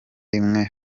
rimwe